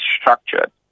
structured